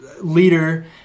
leader